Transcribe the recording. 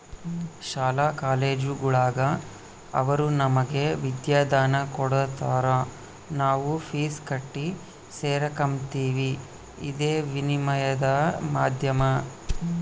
ಶಾಲಾ ಕಾಲೇಜುಗುಳಾಗ ಅವರು ನಮಗೆ ವಿದ್ಯಾದಾನ ಕೊಡತಾರ ನಾವು ಫೀಸ್ ಕಟ್ಟಿ ಸೇರಕಂಬ್ತೀವಿ ಇದೇ ವಿನಿಮಯದ ಮಾಧ್ಯಮ